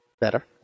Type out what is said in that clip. Better